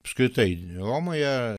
apskritai romoje